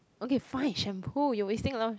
okay fine shampoo you're wasting a lot of